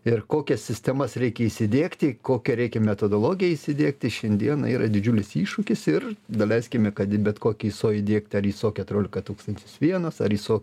ir kokias sistemas reikia įsidiegti kokią reikia metodologiją įsidiegti šiandieną yra didžiulis iššūkis ir daleiskime kad bet kokį iso įdiegti ar iso keturiolika tūkstantis vienas ar iso